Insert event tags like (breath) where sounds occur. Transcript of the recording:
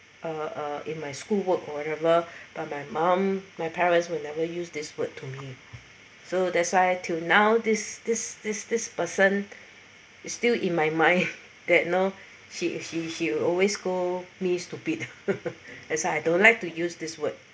uh in my schoolwork or whatever (breath) but my mom my parents will never use this word to me so that's why till now this this this this person (breath) is still in my mind that now she she she always scold me stupid (laughs) as I don't like to use this word